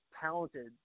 talented